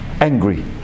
angry